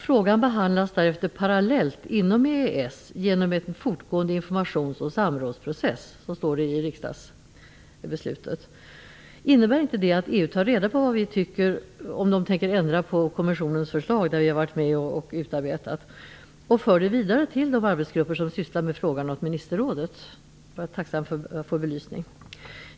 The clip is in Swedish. Frågan behandlas därefter parallellt inom EES genom en fortgående informations och samrådsprocess. Så står det i riksdagsbeslutet. Innebär inte det att EU tar reda på vad vi tycker i de fall där de tänker ändra på kommissionens förslag som vi varit med och utarbetat och för det vidare till de arbetsgrupper som sysslar med frågan åt ministerrådet? Jag är tacksam för en belysning av den frågan.